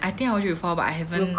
I think I watch it before but I haven't